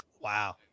Wow